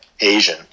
asian